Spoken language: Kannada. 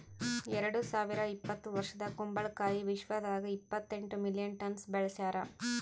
ಎರಡು ಸಾವಿರ ಇಪ್ಪತ್ತು ವರ್ಷದಾಗ್ ಕುಂಬಳ ಕಾಯಿ ವಿಶ್ವದಾಗ್ ಇಪ್ಪತ್ತೆಂಟು ಮಿಲಿಯನ್ ಟನ್ಸ್ ಬೆಳಸ್ಯಾರ್